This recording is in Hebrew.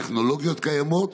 הטכנולוגיות קיימות.